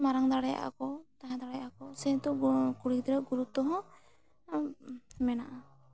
ᱢᱟᱲᱟᱝ ᱫᱟᱲᱮᱭᱟᱜᱼᱟ ᱠᱚ ᱛᱟᱦᱮᱸ ᱫᱟᱲᱮᱭᱟᱜᱼᱟ ᱠᱚ ᱥᱮᱛᱚ ᱠᱩᱲᱤ ᱜᱤᱫᱽᱨᱟᱹ ᱜᱩᱨᱩᱛᱛᱚ ᱦᱚᱸ ᱢᱮᱱᱟᱜᱼᱟ